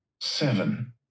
seven